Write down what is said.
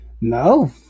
No